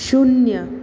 शून्य